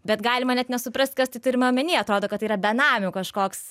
bet galima net nesuprast kas tai turima omeny atrodo kad tai yra benamių kažkoks